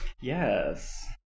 Yes